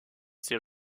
ces